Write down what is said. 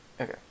Okay